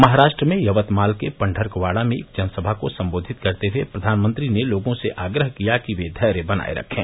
महाराष्ट्र में यवतमाल के पंढर्कवाड़ा में एक जनसभा को सम्बोधित करते हुए प्रधानमंत्री ने लोगों से आग्रह किया कि वे धैर्य बनाये रखे